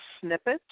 snippet